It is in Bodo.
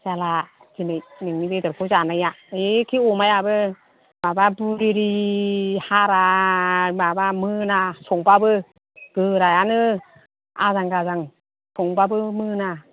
जाला दिनै नोंनि बेदरखौ जानाया एखे अमायाबो माबा बुरिरि हारा माबा मोना संबाबो गोरायानो आजां गाजां संबाबो मोना